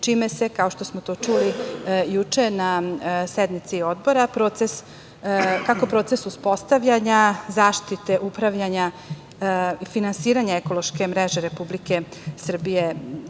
čime se, kao što smo to čuli juče na sednici Odbora, kako proces uspostavljanja zaštite, upravljanja i finansiranja ekološke mreže Republike Srbije